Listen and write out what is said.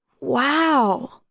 Wow